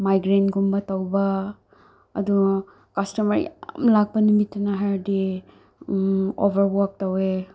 ꯃꯥꯏꯒ꯭ꯔꯦꯟꯒꯨꯝꯕ ꯇꯧꯕ ꯑꯗꯣ ꯀꯁꯇꯃꯔ ꯌꯥꯝ ꯂꯥꯛꯄ ꯅꯨꯃꯤꯠꯇꯅ ꯍꯥꯏꯔꯗꯤ ꯑꯣꯚꯔ ꯋꯥꯔꯛ ꯇꯧꯑꯦ